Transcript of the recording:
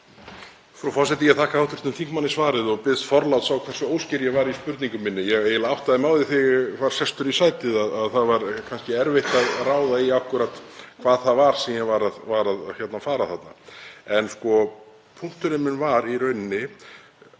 Frú forseti. Ég þakka hv. þingmanni svarið og biðst forláts á hversu óskýr ég var í spurningu minni. Ég áttaði mig á því þegar ég var sestur í sætið að það var kannski erfitt að ráða í akkúrat hvað það var sem ég var að fara. En punkturinn minn var í rauninni